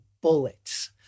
bullets